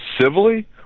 civilly